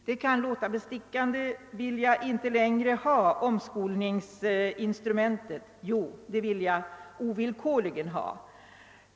Det kan låta uppseendeväckande: Vill jag inte att omskolningsinstrumentet skall användas längre? Jo, det vill jag absolut.